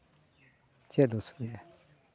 ᱪᱮᱫ ᱚᱥᱩᱵᱤᱫᱷᱟ